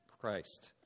christ